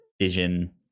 Vision